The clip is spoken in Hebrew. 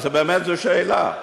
אז באמת זו שאלה.